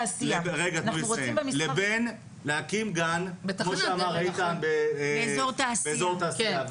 לבין להקים גן, כמו שאמר איתן, באיזור תעשייה.